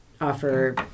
offer